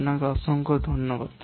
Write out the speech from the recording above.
আপনাকে অনেক ধন্যবাদ